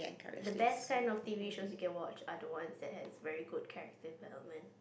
the best kind of T_V shows you can watch are the ones that has very good character development